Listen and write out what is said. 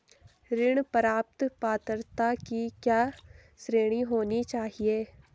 ऋण प्राप्त पात्रता की क्या श्रेणी होनी चाहिए?